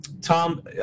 Tom